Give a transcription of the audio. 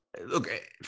Look